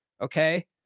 Okay